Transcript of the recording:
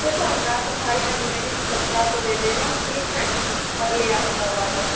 देखो न तुम्हारी न मेरी सतरह सौ दे देना ठीक है और ले आना मोबाइल